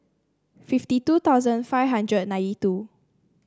fifty two thousand five hundred and nintey two